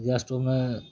gas stove ନେ